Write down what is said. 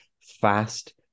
fast